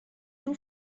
too